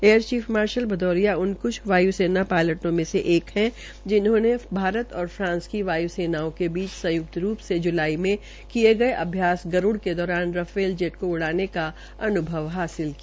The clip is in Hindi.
एयरचीफ मार्शल मदोरिया उन कुछ वाय्सेना पायलटों में से एक है जिन्होंने भारत और फ्रांस की वाय् सेनाओं के बीच संय्क्त रूप से ज्लाई में किये गये अभ्यास गरूड़ के दौरान राफेल जेट को उड़ाने का अन्भव हासिल किया